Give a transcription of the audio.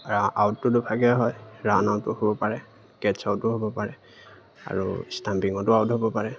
আউটটো দুভাগে হয় ৰান আউটো হ'ব পাৰে কেটছ আউটো হ'ব পাৰে আৰু ষ্টাম্পিঙতো আউট হ'ব পাৰে